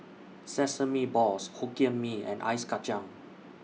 Sesame Balls Hokkien Mee and Ice Kachang